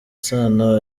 sano